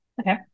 Okay